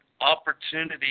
opportunity